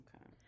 okay